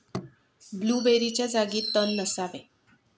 ब्लूबेरीच्या जागी तण नसावे